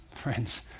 friends